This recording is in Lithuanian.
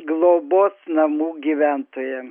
globos namų gyventojam